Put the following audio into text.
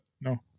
No